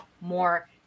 more